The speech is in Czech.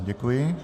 Děkuji.